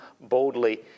boldly